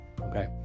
Okay